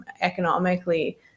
economically